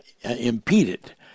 impeded